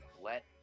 Let